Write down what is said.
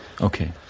Okay